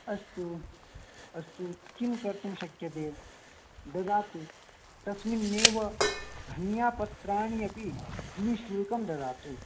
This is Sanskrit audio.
अस्तु अस्तु किं कर्तुं शक्यते ददातु तस्मिन्नेव धन्यापत्राणि अपि निश्शुल्कं ददातु